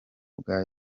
bwa